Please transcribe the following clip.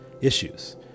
issues